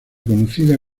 conocida